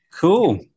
cool